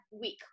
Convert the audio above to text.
week